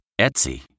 Etsy